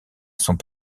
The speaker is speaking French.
sont